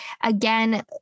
Again